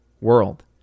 world